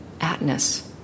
atness